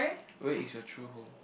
where is your true home